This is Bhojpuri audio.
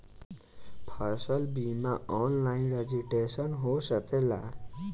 फसल बिमा ऑनलाइन रजिस्ट्रेशन हो सकेला?